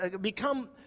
become